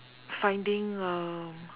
finding um